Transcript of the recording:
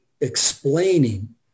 explaining